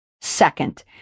Second